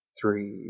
Three